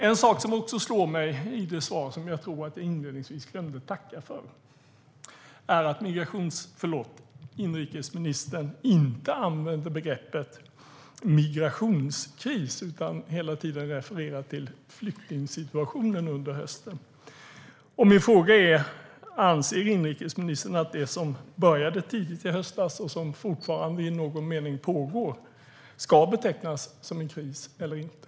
En sak som slår mig i interpellationssvaret - som jag tror att jag inledningsvis glömde att tacka för - är att inrikesministern inte använder begreppet "migrationskris" utan hela tiden refererar till "flyktingsituationen" under hösten. Min fråga är: Anser inrikesministern att det som började tidigt i höstas och som fortfarande i någon mening pågår ska betecknas som en kris eller inte?